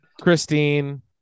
Christine